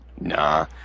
Nah